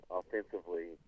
offensively